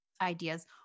ideas